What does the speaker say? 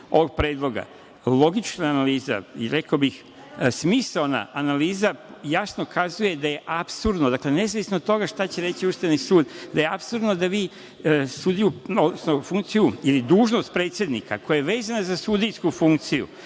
ovog predloga, logična analiza i, rekao bih, smisaona analiza jasno kazuje da je apsurdno, dakle nezavisno od toga šta će reći Ustavni sud, da vi sudiju, odnosno funkciju ili dužnost predsednika koja je vezana za sudijsku funkciju